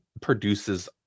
produces